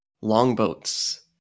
longboats